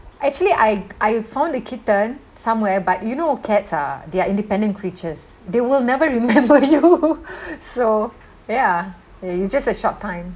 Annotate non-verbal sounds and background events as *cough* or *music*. actually I I found the kitten somewhere but you know cats ah they're independent creatures they will never remember you *laughs* so ya it's just a short time